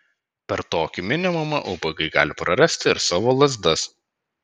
per tokį minimumą ubagai gali prarasti ir savo lazdas